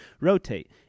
rotate